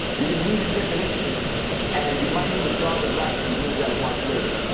you're gonna loose your circulation and you might need the jaws of life to remove that watch later.